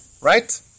right